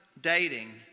dating